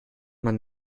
man